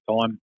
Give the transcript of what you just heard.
time